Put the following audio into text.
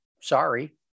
sorry